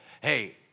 hey